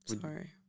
sorry